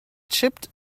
chipped